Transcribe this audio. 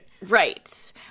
Right